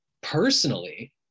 personally